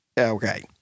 Okay